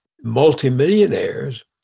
multimillionaires